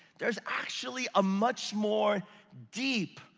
there's actually a much more deep,